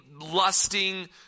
lusting